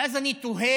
ואז אני תוהה